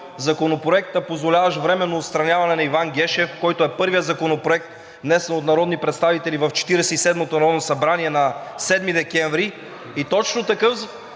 Законопроекта, позволяващ временно отстраняване на Иван Гешев, който е първият законопроект, внесен от народни представители в Четиридесет и седмото народно събрание на 7 декември, и точно такъв